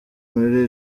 muri